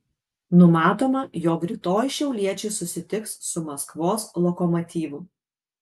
numatoma jog rytoj šiauliečiai susitiks su maskvos lokomotyvu